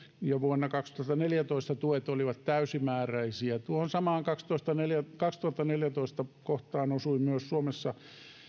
ja vuonna kaksituhattaneljätoista tuet olivat täysimääräisiä tuohon samaan kohtaan vuoteen kaksituhattaneljätoista osui myös suomessa